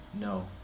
no